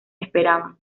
esperaban